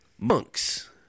Monks